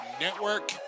network